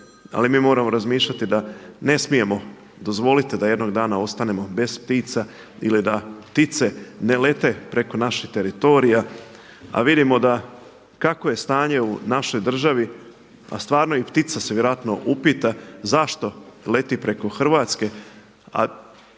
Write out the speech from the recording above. ali mi moramo razmišljati da ne smijemo dozvoliti da jednog dana ostanemo bez ptica ili da ptice ne lete preko naših teritorija. A vidimo da kakvo je stanje u našoj državi, a stvarno i ptica se vjerojatno upita zašto leti preko Hrvatske.